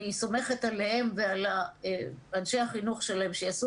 אני סומכת עליהם ועל הצוותים שהם יעשו